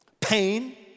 Pain